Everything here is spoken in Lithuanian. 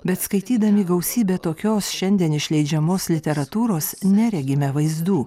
bet skaitydami gausybę tokios šiandien išleidžiamos literatūros neregime vaizdų